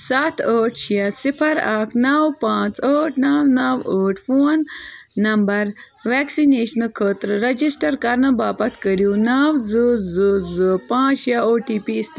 سَتھ ٲٹھ شیٚے صِفر اَکھ نو پانٛژھ ٲٹھ نو نو ٲٹھ فون نمبر ویکسِنیشنہٕ خٲطرٕ رجسٹر کَرنہٕ باپتھ کٔرِو نو زٕ زٕ زٕ پانٛژھ شیٚے او ٹی پی اِستعمال